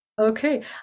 okay